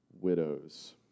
widows